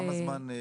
כמה זמן?